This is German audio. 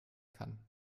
kann